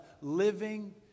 living